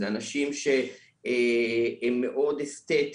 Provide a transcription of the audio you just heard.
זה אנשים שהם מאוד אסטטיים.